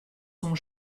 son